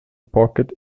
pocket